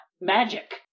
magic